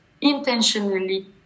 intentionally